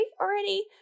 already